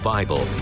Bible